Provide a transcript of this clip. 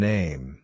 Name